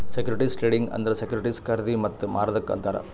securities trading ಅಂದುರ್ securities ಖರ್ದಿ ಮತ್ತ ಮಾರದುಕ್ ಅಂತಾರ್